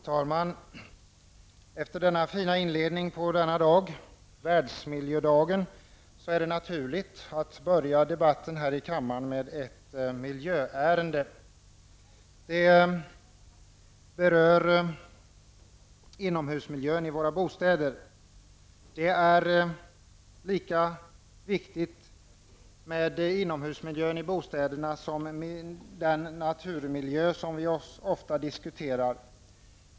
Herr talman! Efter denna fina inledning på den här dagen, världsmiljödagen, är det naturligt att börja debatten i kammaren med ett miljöärende. Det berör inomhusmiljön i våra bostäder. Det är lika viktigt med en god inomhusmiljö i bostäderna som den naturmiljö som vi ofta diskuterar.